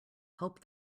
help